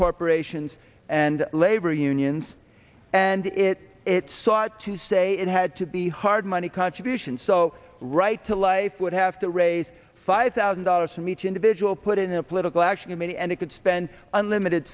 corporations and labor unions and it it sought to say it had to be hard money contributions so right to life would have to raise five thousand dollars from each individual put in a political action committee and it could spend unlimited